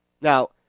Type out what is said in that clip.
Now